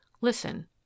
listen